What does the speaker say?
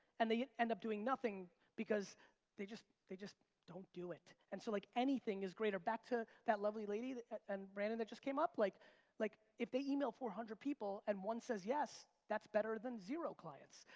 and they end up doing nothing because they just they just don't do it. and so like anything is greater, back to that lovely lady and brandon that just came up. like like if they email four hundred people and one says yes, that's better than zero clients.